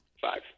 five